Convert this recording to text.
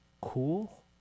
cool